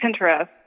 Pinterest